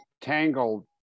tangled